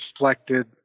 reflected